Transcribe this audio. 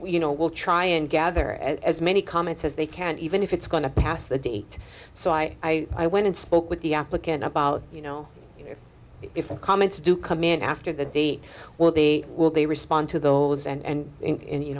you know will try and gather as many comments as they can even if it's going to pass the date so i i went and spoke with the applicant about you know if the comments do come in after the date well they will they respond to those and